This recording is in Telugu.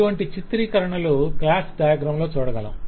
ఇటువంటి చిత్రీకరణలు క్లాస్ డయాగ్రం లో చూడగలం